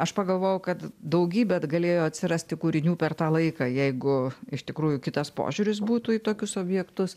aš pagalvojau kad daugybė galėjo atsirasti kūrinių per tą laiką jeigu iš tikrųjų kitas požiūris būtų į tokius objektus